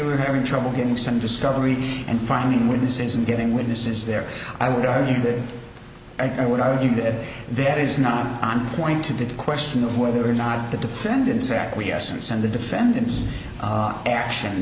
were having trouble getting some discovery and finding witnesses and getting witnesses there i would argue that and i would argue that that is not on point to the question of whether or not the defendant's acquiescence and the defendant's action